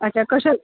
अच्छा कसे